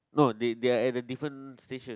no they they are at a different station